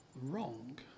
wrong